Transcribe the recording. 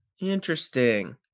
Interesting